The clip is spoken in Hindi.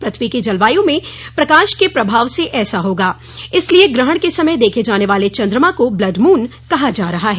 पृथ्वी की जलवायु में प्रकाश के प्रभाव से ऐसा होगा इसीलिए ग्रहण के समय देखे जाने वाले चन्द्रमा को ब्लड मून कहा जा रहा है